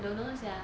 don't know sia